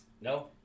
No